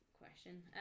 Question